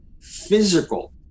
physical